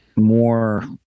more